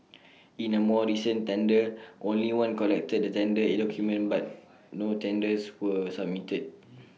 in A more recent tender only one collected the tender document but no tenders were submitted